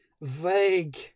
vague